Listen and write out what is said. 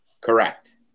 Correct